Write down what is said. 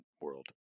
world